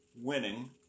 winning